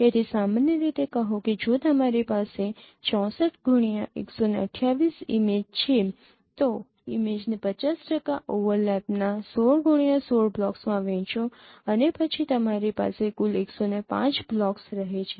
તેથી સામાન્ય રીતે કહો કે જો તમારી પાસે 64x128 ઇમેજ છે તો ઇમેજને ૫૦ ટકા ઓવરલેપના 16x16 બ્લોક્સમાં વહેંચો અને પછી તમારી પાસે કુલ ૧૦૫ બ્લોક્સ રહે છે